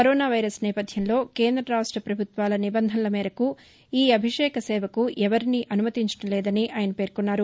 corona virus నేపధ్యంలో కేంద రాష్ట పభుత్వాల నిబంధనల మేరకు ఈ అభిషేక సేవకు ఎవరిని అనుమతించడం లేదని ఆయన పేర్కొన్నారు